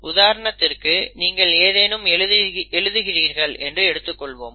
உதாரணத்திற்கு நீங்கள் ஏதேனும் எழுதுகிறீர்கள் என்று எடுத்துக்கொள்வோம்